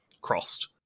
crossed